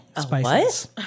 spices